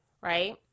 right